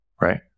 right